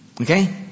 Okay